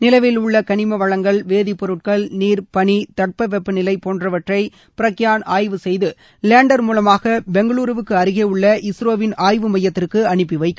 நிலவில் உள்ள கனிம வளங்கள் வேதிப்பொருட்கள் நீர் பனி தட்பவெப்பநிலை போன்றவற்றை பிரக்யான் ஆய்வு செய்து லேண்டர் மூலமாக பெங்களுருவுக்கு அருகே உள்ள இஸ்ரோவிள் ஆய்வு மையத்திற்கு அனுப்பிவைக்கும்